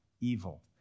evil